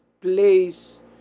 place